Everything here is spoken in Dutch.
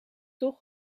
toch